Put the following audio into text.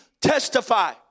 testify